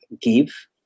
give